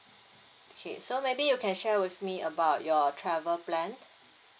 okay so maybe you can share with me about your travel plan